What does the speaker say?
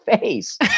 face